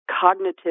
Cognitive